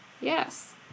Yes